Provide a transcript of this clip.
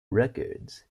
records